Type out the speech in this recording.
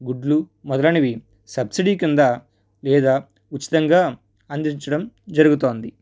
గుడ్లు మొదలైనవి సబ్సిడీ కింద లేదా ఉచితంగా అందించడం జరుగుతుంది